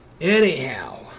Anyhow